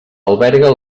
alberga